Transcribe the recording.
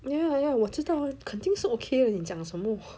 ya ya 我知道啊肯定是 ok 的你讲什么